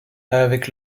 avec